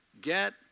Get